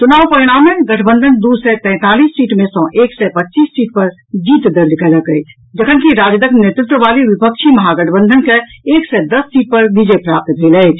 चुनाव परिणाम मे गठबंधन दू सय तैंतालीस सीट मे सॅ एक सय पच्चीस सीट पर जीत दर्ज कयलक अछि जखनकि राजदक नेतृत्व वाली विपक्षी महागठबंधन के एक सय दस सीट पर विजय प्राप्त भेल अछि